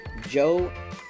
Joe